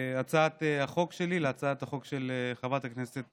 הצעת החוק שלי להצעת החוק של חברת הכנסת